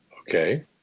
Okay